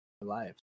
lives